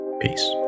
Peace